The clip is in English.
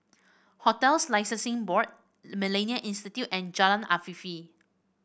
Hotels Licensing Board MillenniA Institute and Jalan Afifi